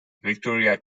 victoria